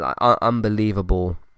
Unbelievable